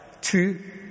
two